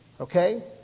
Okay